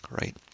right